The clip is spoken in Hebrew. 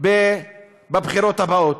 בבחירות הבאות.